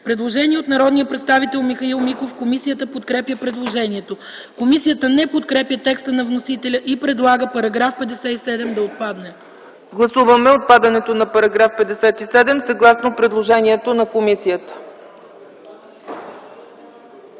предложение от народния представител Михаил Миков. Комисията подкрепя предложението. Комисията не подкрепя текста на вносителя и предлага § 57 да отпадне. ПРЕДСЕДАТЕЛ ЦЕЦКА ЦАЧЕВА: Гласуваме отпадането на § 57, съгласно предложението на комисията.